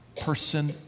person